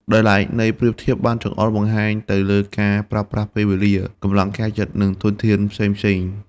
ដោយឡែក ន័យប្រៀបធៀបបានចង្អុលបង្ហាញទៅលើការប្រើប្រាស់ពេលវេលា កម្លាំងកាយចិត្ត និងធនធានផ្សេងៗ។